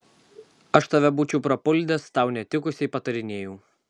aš tave būčiau prapuldęs tau netikusiai patarinėjau